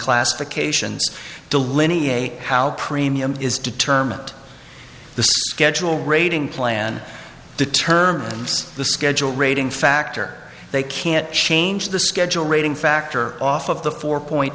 classifications delineate how premium is determined the schedule rating plan determines the schedule rating factor they can't change the schedule rating factor off of the four point